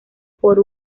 por